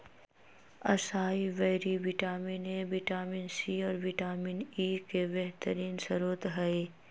acai berry vitamin A, vitamin C, और vitamin E के बेहतरीन स्त्रोत हई